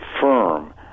firm